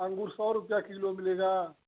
अंगूर सौ रुपया किलो मिलेगा